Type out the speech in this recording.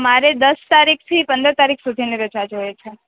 મારે દસ તારીખથી પંદર તારીખ સુધીની રજા જોઈએ છે